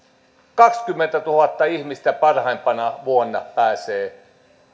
kaksikymmentätuhatta ihmistä parhaimpana vuonna pääsee